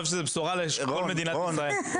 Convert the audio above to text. אני חושב שזו בשורה לכל מדינת ישראל.